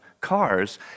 cars